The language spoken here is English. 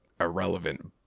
irrelevant